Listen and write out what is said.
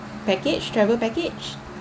package travel package